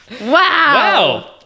Wow